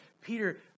Peter